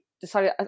decided